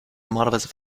normalerweise